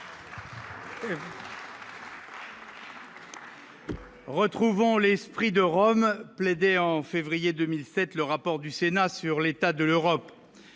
Retrouvant l'esprit de Rome plaider en février 2007, le rapport du Sénat sur l'état de l'Europe,